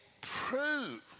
prove